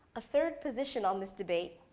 a third position on this debate,